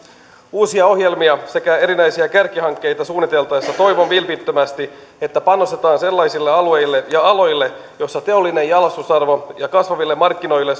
uusia ohjelmia sekä erinäisiä kärkihankkeita suunniteltaessa toivon vilpittömästi että panostetaan sellaisille alueille ja aloille joilla teollinen jalostusarvo ja kasvaville markkinoille